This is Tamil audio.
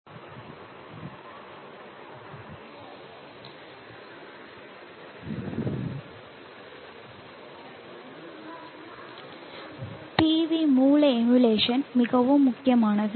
PV மூல எமுலேஷன் மிகவும் முக்கியமானது